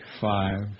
five